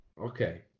Okay